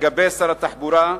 לגבי שר התחבורה,